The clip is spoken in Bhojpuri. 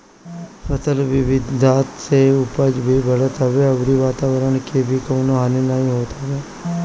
फसल विविधता से उपज भी बढ़त हवे अउरी वातवरण के भी कवनो हानि नाइ होत हवे